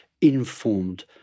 informed